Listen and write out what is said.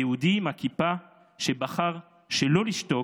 היהודי עם הכיפה שבחר שלא לשתוק,